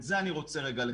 את זה אני רוצה לחדד.